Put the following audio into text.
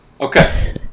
Okay